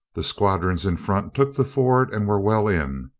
the squadrons in front took the ford and were well in,